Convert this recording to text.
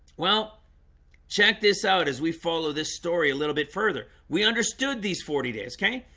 well check this out as we follow this story a little bit further. we understood these forty days okay,